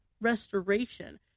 Restoration